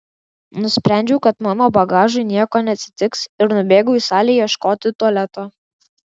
nusprendžiau kad mano bagažui nieko neatsitiks ir nubėgau į salę ieškoti tualeto